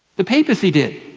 the papacy did.